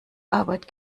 arbeit